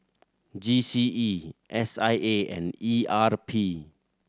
G C E S I A and E R P